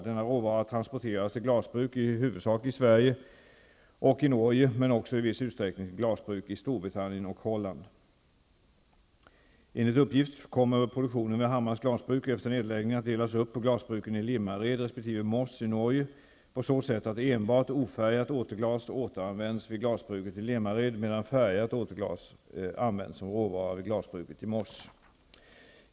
Denna råvara transporteras till glasbruk i huvudsak i Sverige och Norge men också i viss utsträckning till glasbruk i Enligt uppgift kommer produktionen vid Hammars glasbruk efter nedläggningen att delas upp på glasbruken i Limmared resp. Moss i Norge på så sätt att enbart ofärgat återglas återanvänds vid glasbruket i Limmared men färgat återglas används som råvara vid glasbruket i Moss.